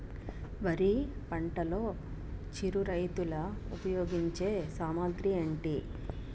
వరి పంటలో చిరు రైతులు ఉపయోగించే సామాగ్రి ఏంటి?